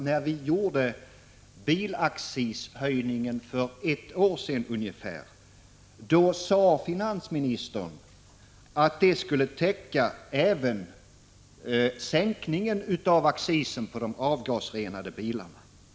När vi för ungefär ett år sedan höjde bilaccisen sade finansministern att denna höjning skulle täcka även sänkningen av accisen på de avgasrenade bilarna, påpekade Britta Bjelle.